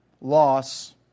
loss